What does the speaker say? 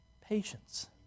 patience